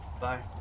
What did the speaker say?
Bye